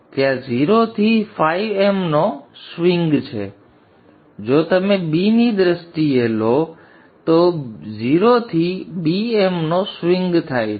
તેથી ત્યાં 0 થી φm નો સ્વિંગ છે અને જો તમે B ની દ્રષ્ટિએ લો તો 0 થી Bm નો સ્વિંગ થાય છે